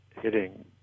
hitting